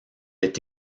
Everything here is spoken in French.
est